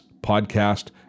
podcast